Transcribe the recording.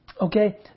Okay